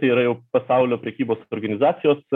tai yra jau pasaulio prekybos organizacijos